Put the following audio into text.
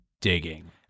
digging